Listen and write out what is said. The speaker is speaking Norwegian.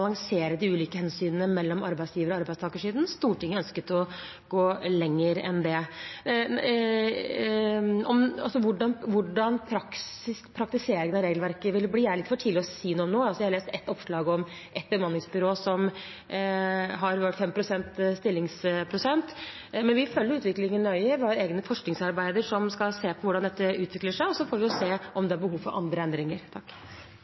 balansere de ulike hensynene mellom arbeidsgiver- og arbeidstakersiden. Stortinget ønsket å gå lenger enn det. Hvordan praktiseringen av regelverket vil bli, er det litt for tidlig å si noe om nå. Jeg har lest ett oppslag om ett bemanningsbyrå som har 5-prosentstillinger. Men vi følger utviklingen nøye. Vi har egne forskningsarbeider som skal se på hvordan dette utvikler seg, og så får vi se om det er behov for andre endringer.